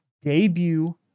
debut